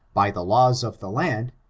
by the laws of the land,